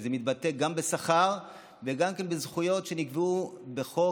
זה מתבטא גם בשכר וגם בזכויות שנקבעו בחוק